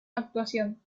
actuación